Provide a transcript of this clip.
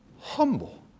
humble